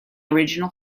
original